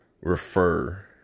refer